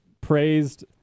praised